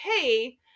hey